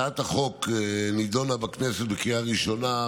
הצעת החוק מבקשת לבצע תיקונים בחוק התכנון והבנייה,